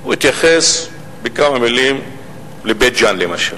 הוא התייחס בכמה מלים לבית-ג'ן, למשל.